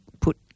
put